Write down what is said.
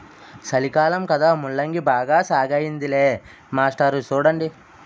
సలికాలం కదా ముల్లంగి బాగా సాగయ్యిందిలే మాస్టారు సూడండి